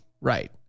Right